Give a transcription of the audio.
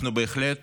אנחנו בהחלט